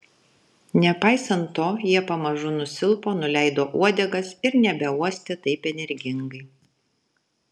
nepaisant to jie pamažu nusilpo nuleido uodegas ir nebeuostė taip energingai